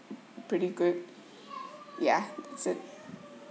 pretty good yeah that's it